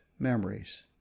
memories